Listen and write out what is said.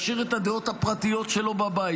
ישאיר את הדעות הפרטיות שלו בבית.